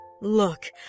Look